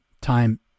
Time